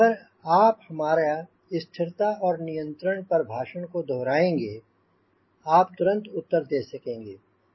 अगर आप हमारा स्थिरता और नियंत्रण पर भाषण को दोहराएँगे आप तुरंत उत्तर दे सकेंगे